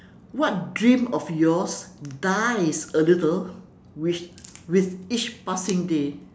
what dream of yours dies a little with with each passing day